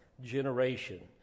generation